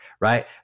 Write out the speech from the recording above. right